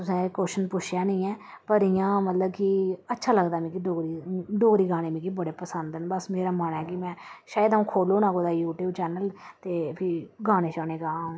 तुसें क्वेच्शन पुच्छेआ निं ऐ पर इ'यां मतलब की अच्छा लगदा मिगी डोगरी डोगरी गाने मिगी बड़े पसंद न बस मेरा मन ऐ की में अ'ऊं खोलू ओड़ा कोई यूट्यूब चैनल ते फ्ही गाने शाने गांऽ अ'ऊं